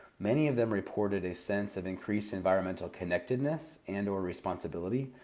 many of them reported a sense of increased environmental connectedness and or responsibility,